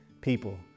people